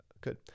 Good